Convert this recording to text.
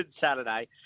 Saturday